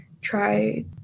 try